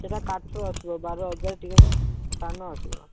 ସେଟା କାଠର ଆସିବ ବାର ହଜାର ଟିକେ ସାନ ଆସିବ